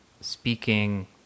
speaking